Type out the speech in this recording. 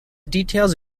details